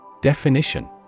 Definition